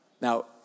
Now